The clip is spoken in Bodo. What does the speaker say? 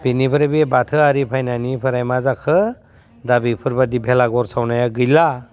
बिनिफ्राय बे बाथौआरि फायनायनायनिफ्राय मा जाखो दा बेफोरबायदि भेलाघर सावनाया गैला